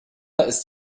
ist